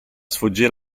sfuggire